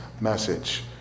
message